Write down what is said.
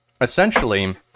essentially